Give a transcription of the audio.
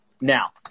Now